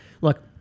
look